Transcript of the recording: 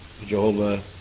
Jehovah